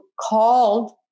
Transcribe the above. called